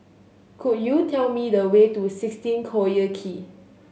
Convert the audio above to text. could you tell me the way to sixteen Collyer Quay